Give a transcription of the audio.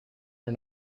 are